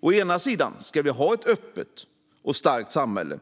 Å ena sidan ska vi ha ett öppet och starkt samhälle.